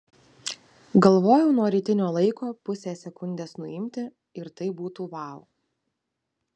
galvojau nuo rytinio laiko pusę sekundės nuimti ir tai būtų vau